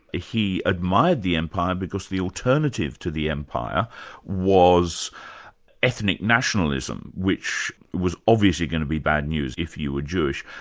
he admired the empire because the alternative to the empire was ethnic nationalism, which was obviously going to be bad news if you were jewish.